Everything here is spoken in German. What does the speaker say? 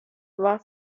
war